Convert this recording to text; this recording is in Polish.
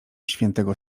świętego